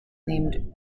named